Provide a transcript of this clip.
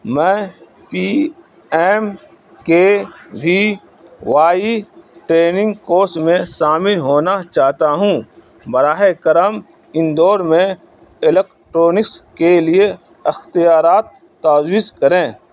میں P M K V Y training course میں شامل ہونا چاہتا ہوں براہ کرم اندور میں الیکٹرونس کے لیے اختیارات تجویز کریں